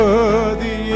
Worthy